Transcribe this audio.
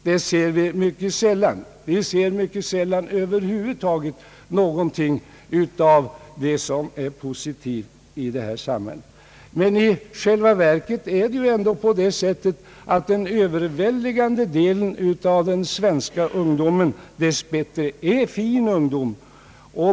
Det ser vi mycket sällan. Vi ser över huvud taget mycket sällan någonting av det som är positivt i vårt samhälle. I själva verket är dock den överväldigande delen av den svenska ungdomen en fin ungdom.